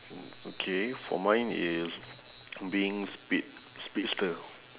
okay for mine it's being speed~ speedster